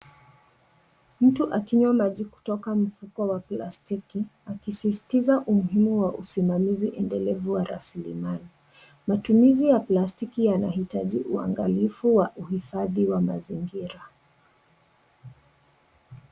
Mtu akinywa maji kutoka mfuko wa plastiki, akisisitiza umuhimu wa usimamizi endelevu wa rasilimali. Matumizi ya plastiki yanahitaji uangalifu wa uhifadhi wa mazingira.